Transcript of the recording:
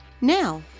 Now